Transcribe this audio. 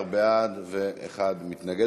14 בעד, אחד מתנגד.